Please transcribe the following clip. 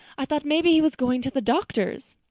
i thought maybe he was going to the doctor's.